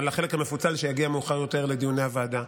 על החלק המפוצל שיגיע מאוחר יותר לדיוני הוועדה.